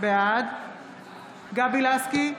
בעד גבי לסקי,